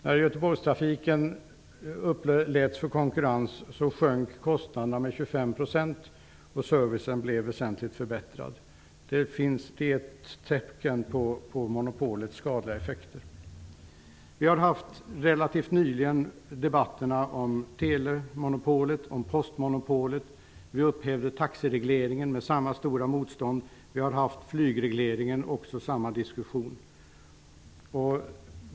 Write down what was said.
När Göteborgstrafiken uppläts för konkurrens sjönk kostnaderna med 25 %, och servicen blev väsentligt förbättrad. Det finns tecken på monopolets skadliga effekter. Vi har relativt nyligen haft debatter om telemonopolet och postmonopolet. Vi upphävde taxiregleringen med samma stora motstånd. Vi hade flygregleringen - diskussionen var densamma.